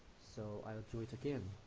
so i'll do it again.